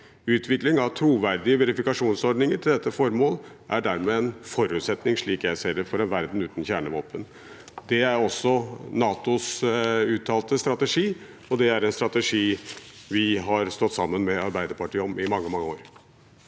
Utvikling av troverdige verifikasjonsordninger til dette formål er dermed en forutsetning – slik jeg ser det – for en verden uten kjernevåpen. Det er også NATOs uttalte strategi, og det er en strategi vi har stått sammen med Arbeiderpartiet om i mange, mange år.